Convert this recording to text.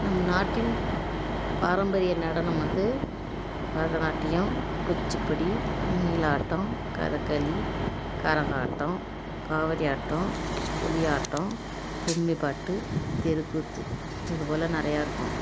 நம் நாட்டின் பாரம்பரியம் நடனம் வந்து பரதநாட்டியம் குச்சிப்புடி மயிலாட்டம் கதக்களி கரகாட்டம் காவடியாட்டம் புலி ஆட்டம் கும்மி பாட்டு தெருக்கூத்து இது போல் நிறையா இருக்கும்